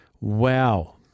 Wow